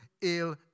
ill